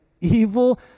evil